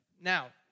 Now